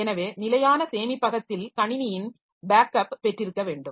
எனவே நிலையான சேமிப்பகத்தில் கணினியின் பேக்கப் பெற்றிருக்கவேண்டும்